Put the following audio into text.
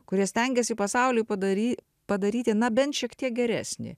kurie stengiasi pasaulį padary padaryti na bent šiek tiek geresnį